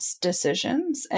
decisions